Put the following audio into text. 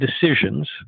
decisions